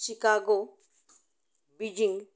Chicago Beijing